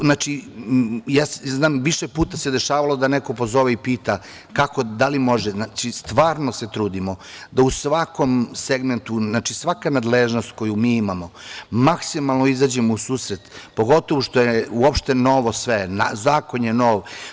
Znači, ja znam više puta se dešavalo da neko pozove i pita kako, da li može, znači stvarno se trudimo da u svakom segmentu, svaka nadležnost koju mi imamo, maksimalno izađemo u susret, pogotovo što je uopšte novo sve, zakon je nov.